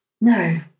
No